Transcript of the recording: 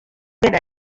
binne